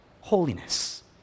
holiness